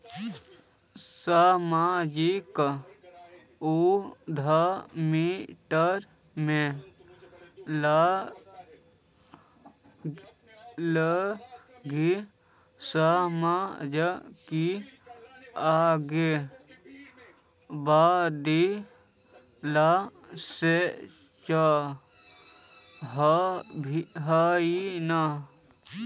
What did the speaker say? सामाजिक उद्यमिता में लोग समाज को आगे बढ़े ला सोचा हथीन